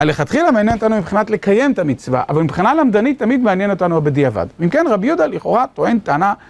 הלכתחילה מעניין אותנו מבחינת לקיים את המצווה, אבל מבחינה למדנית תמיד מעניין אותנו הבדיעבד. אם כן רבי יודה לכאורה טוען טענה...